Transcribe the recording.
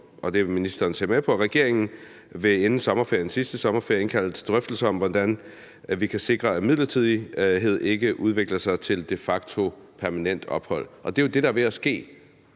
og det er ministeren med på, at regeringen inden sommerferien, sidste sommerferie, vil indkalde til drøftelser om, hvordan vi kan sikre, at midlertidighed ikke udvikler sig til de facto permanent ophold – og det jo det, der er ved at ske.